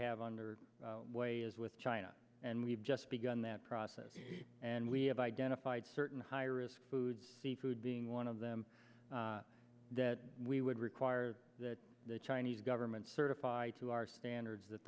have under way is with china and we've just begun that process and we have identified certain high risk foods seafood being one of them that we would require that the chinese government certified to our standards that